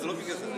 לא בגלל זה.